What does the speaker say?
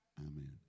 Amen